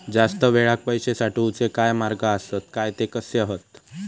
जास्त वेळाक पैशे साठवूचे काय मार्ग आसत काय ते कसे हत?